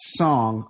song